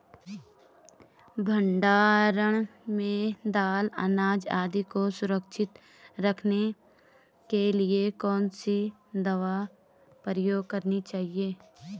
भण्डारण में दाल अनाज आदि को सुरक्षित रखने के लिए कौन सी दवा प्रयोग करनी चाहिए?